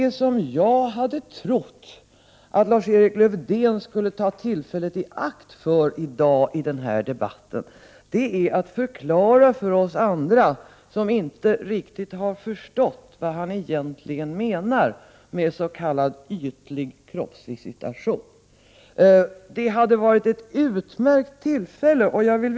Jag hade trott att Lars-Erik Lövdén skulle ta tillfället i akt att i den här debatten förklara för oss andra som inte riktigt har förstått vad han egentligen menar med s.k. ytlig kroppsvisitation. Det hade varit ett utmärkt tillfälle att göra det nu.